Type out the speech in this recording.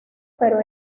pero